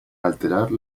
alterar